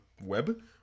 web